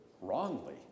wrongly